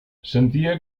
sentia